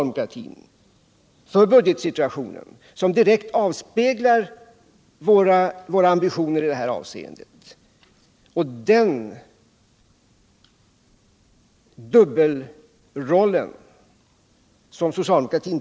För budgetsituationen, som direkt avspeglar våra ambitioner i det avseendet, möter vi nu kritik här i kammaren från socialdemokratin.